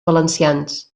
valencians